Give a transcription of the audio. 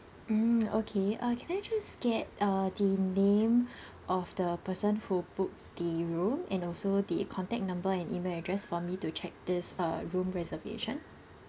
mm okay uh can I just get uh the name of the person who booked the room and also the contact number and email address for me to check this uh room reservation